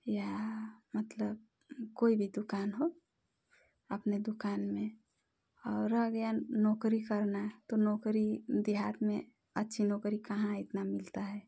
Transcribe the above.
या मतलब कोई भी दुकान हो अपने दुकान में और रह गया नौकरी करना है तो नौकरी देहात में अच्छी नौकरी कहाँ इतना मिलता है